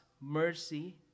mercy